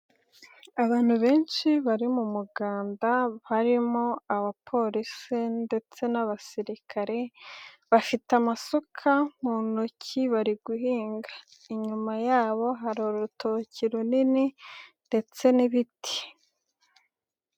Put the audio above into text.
Abantu benshi bari mu muganda harimo abapolisi ndetse n'abasirikare, bafite amasuka mu ntoki bari guhinga, inyuma yabo hari urutoki runini ndetse n'ibiti.